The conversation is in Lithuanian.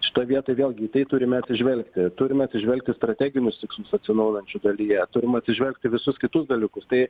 šitoj vietoj vėlgi į tai turime atsižvelgti turime atsižvelgti į strateginius tikslus atsinaujinančių dalyje turim atsižvelgti į visus kitus dalykus tai